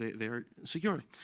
they're secure.